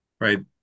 right